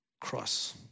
cross